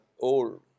old